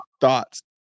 thoughts